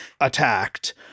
attacked